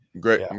Great